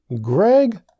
Greg